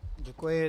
Děkuji.